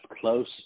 close